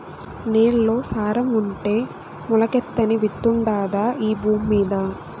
నేల్లో సారం ఉంటే మొలకెత్తని విత్తుండాదా ఈ భూమ్మీద